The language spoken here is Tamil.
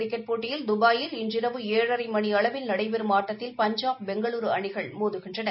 கிரிக்கெட் போட்டிகளில் துபாயில் இன்றிரவு ஏழரை மணியளவில் நடைபெறும் ஆட்டத்தில் பஞ்சாப் பெங்களூரு அணிகள் மோதுகின்றன